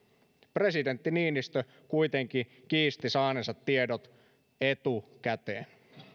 presidentti niinistö kuitenkin kiisti saaneensa tiedot etukäteen